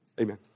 Amen